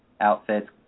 outfits